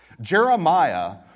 Jeremiah